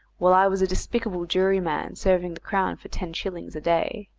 while i was a despicable jury-man serving the crown for ten shillings a day.